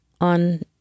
on